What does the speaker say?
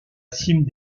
cime